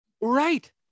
right